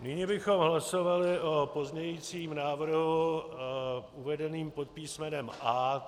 Nyní bychom hlasovali o pozměňujícím návrhu uvedeném pod písmenem A.